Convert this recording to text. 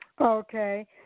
Okay